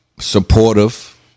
supportive